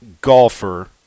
golfer